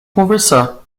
conversar